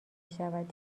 شود